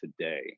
today